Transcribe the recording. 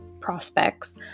prospects